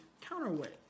counterweight